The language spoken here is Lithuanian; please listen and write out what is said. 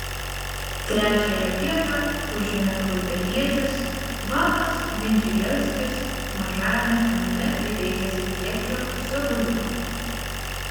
trečiąją vietą užėmė klaipėdietis valdas vindžigelskis mažajame finale įveikęs giedrių zabulionį